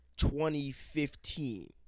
2015